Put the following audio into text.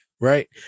right